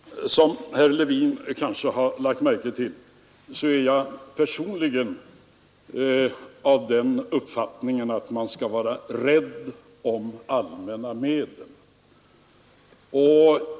Som herr Levin kanske lagt märke till är jag personligen av den uppfattningen att man skall vara rädd om allmänna medel.